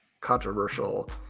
controversial